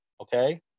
Okay